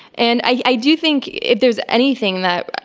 and i do think, if there's anything that.